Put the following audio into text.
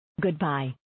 Goodbye